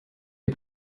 les